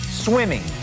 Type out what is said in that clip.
Swimming